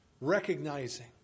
recognizing